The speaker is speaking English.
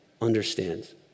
understands